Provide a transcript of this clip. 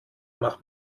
mach